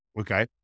Okay